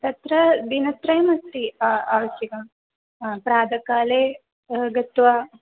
तत्र दिनत्रयमस्ति आवश्यकं प्रातःकाले गत्वा